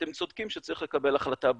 ואתם צודקים שצריך לקבל החלטה בעניין.